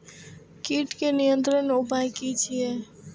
कीटके नियंत्रण उपाय कि छै?